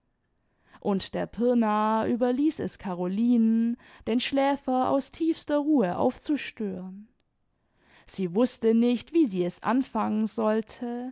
und der pirnaer überließ es carolinen den schläfer aus tiefster ruhe aufzustören sie wußte nicht wie sie es anfangen sollte